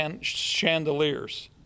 chandeliers